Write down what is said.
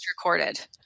recorded